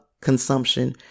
consumption